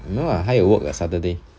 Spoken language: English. no ah 她有 work 的 saturday